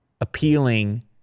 appealing